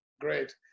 great